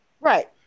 Right